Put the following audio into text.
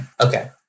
Okay